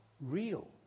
real